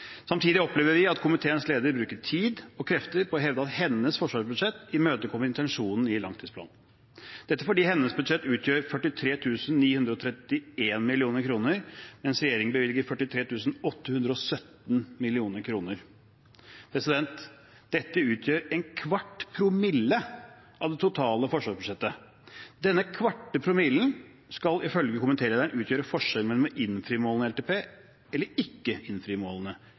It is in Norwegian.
Samtidig opplever vi at komiteens leder bruker tid og krefter på å hevde at hennes forsvarsbudsjett imøtekommer intensjonene i langtidsplanen, dette fordi hennes budsjett utgjør 43 931 mill. kr, mens regjeringen bevilger 43 817 mill. kr. Denne forskjellen utgjør ¼ promille av det totale forsvarsbudsjettet. Denne kvarte promillen skal ifølge komitélederen utgjøre forskjellen mellom å innfri målene i LTP og å ikke innfri målene